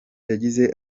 yagize